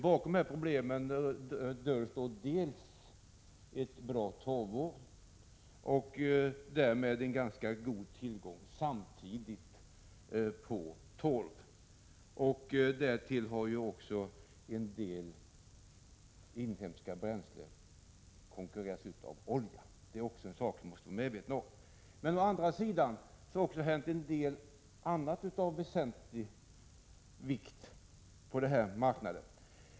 Bakom dessa problem döljs å ena sidan ett bra torvår, vilket medfört en ganska god tillgång på torv. Därtill har en del inhemska bränslen konkurrerats ut av olja. Det är också en sak vi måste vara medvetna om. Å andra sidan har det hänt en del annat av väsentlig vikt på den här marknaden.